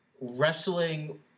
wrestling